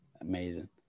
amazing